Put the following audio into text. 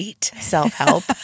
self-help